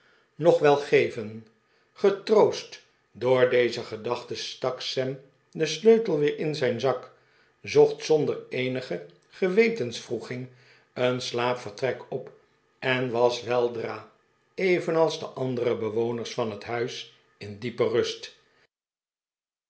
nog wel dickens pickwick club getroost door deze gedachte stak sam den sleutel weer in zijn zak zocht zonder eenige gewetenswroeging een slaapvertrek op en was weldra evenals de andere bewoners van het huis in diepe rust